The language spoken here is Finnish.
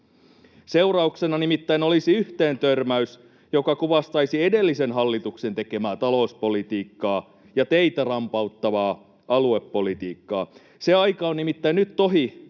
Seurauksena nimittäin olisi yhteentörmäys, joka kuvastaisi edellisen hallituksen tekemää talouspolitiikkaa ja teitä rampauttavaa aluepolitiikkaa. [Tuomas Kettunen pyytää